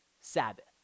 Sabbath